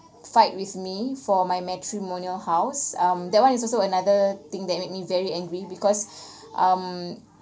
fight with me for my matrimonial house um that one is also another thing that made me very angry because um